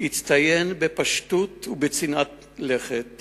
הצטיין בפשטות ובצנעת לכת